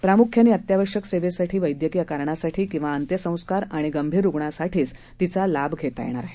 प्रामुख्याने अत्यावश्यक सेवेसाठी वैद्यकीय कारणासाठी तथा अंत्यसंस्कार किंवा गंभीर रुग्णासाठीच तिचा लाभ घेता येईल